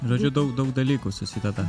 žodžiu daug daug dalykų susideda